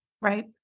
right